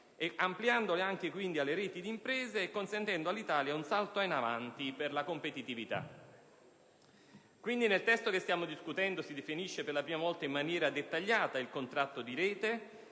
industriali, anche alle reti di imprese, consentendo all'Italia un salto in avanti verso la competitività. Nel testo che stiamo discutendo si definisce, quindi, per la prima volta in maniera dettagliata il contratto di rete,